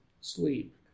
sleep